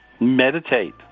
Meditate